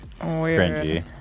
cringy